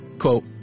Quote